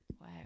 Wow